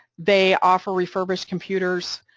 they offer refurbished computers